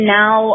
now